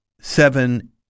seven